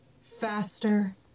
faster